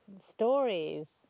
stories